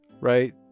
right